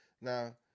Now